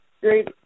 great